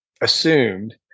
assumed